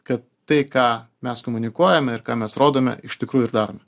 kad tai ką mes komunikuojame ir ką mes rodome iš tikrųjų ir darome